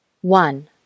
one